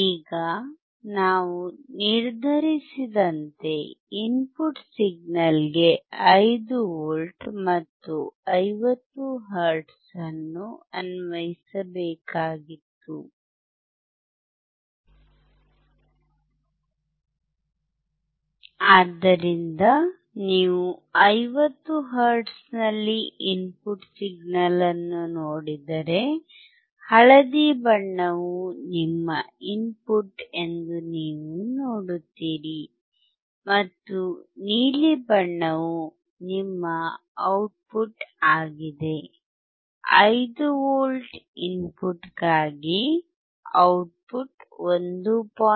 ಈಗ ನಾವು ನಿರ್ಧರಿಸಿದಂತೆ ಇನ್ಪುಟ್ ಸಿಗ್ನಲ್ಗೆ 5V ಮತ್ತು 50 ಹರ್ಟ್ಜ್ ಅನ್ನು ಅನ್ವಯಿಸಬೇಕಾಗಿತ್ತು ಆದ್ದರಿಂದ ನೀವು 50 ಹರ್ಟ್ಜ್ನಲ್ಲಿ ಇನ್ಪುಟ್ ಸಿಗ್ನಲ್ ಅನ್ನು ನೋಡಿದರೆ ಹಳದಿ ಬಣ್ಣವು ನಿಮ್ಮ ಇನ್ಪುಟ್ ಎಂದು ನೀವು ನೋಡುತ್ತೀರಿ ಮತ್ತು ನೀಲಿ ಬಣ್ಣವು ನಿಮ್ಮ ಔಟ್ಪುಟ್ ಆಗಿದೆ 5V ಇನ್ಪುಟ್ಗಾಗಿ ಔಟ್ಪುಟ್ 1